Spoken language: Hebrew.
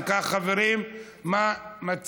אם כך חברים, מה מציעים?